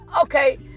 okay